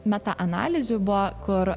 metą analizių buvo kur